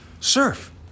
surf